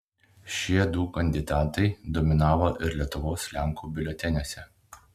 šie du kandidatai dominavo ir lietuvos lenkų biuleteniuose